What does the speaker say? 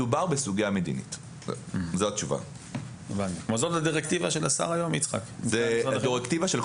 צמוד או סמוך יש בית ספר,